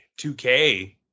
2K